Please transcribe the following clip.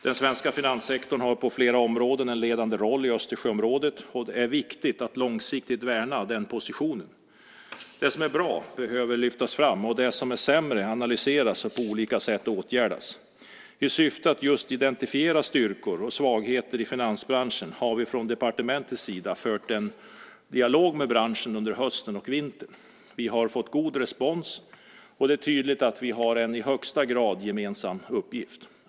Den svenska finanssektorn har på flera områden en ledande roll i Östersjöområdet, och det är viktigt att långsiktigt värna den positionen. Det som är bra behöver lyftas fram och det som är sämre analyseras och på olika sätt åtgärdas. I syfte att just identifiera styrkor och svagheter i finansbranschen har vi från departementets sida fört en dialog med branschen under hösten och vintern. Vi har fått god respons, och det är tydligt att vi har en i högsta grad gemensam uppgift.